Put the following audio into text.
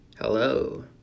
Hello